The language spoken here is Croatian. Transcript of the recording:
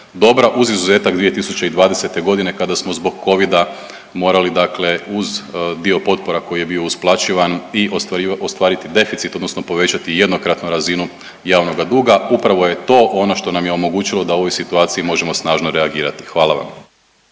dobra uz izuzetak 2020.g. kada smo zbog covida morali uz dio potpora koji je bio usplaćivan i ostvariti deficit odnosno povećati jednokratnu razinu javnoga duga. Upravo je to ono što nam je omogućilo da u ovoj situaciji možemo snažno reagirati. Hvala vam.